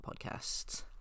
podcasts